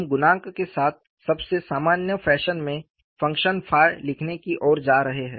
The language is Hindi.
हम गुणांक के साथ सबसे सामान्य फैशन में फ़ंक्शन ɸ लिखने की ओर जा रहे हैं